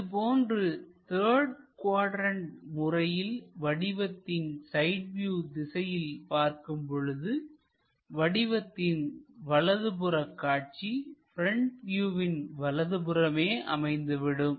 இதேபோன்று third quadrant முறையில் வடிவத்தின் சைட் வியூ திசையில் பார்க்கும் பொழுது வடிவத்தின் வலது புற காட்சி ப்ரெண்ட் வியூவின் வலதுபுறமே அமைந்துவிடும்